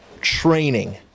training